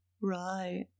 right